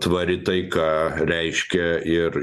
tvari taika reiškia ir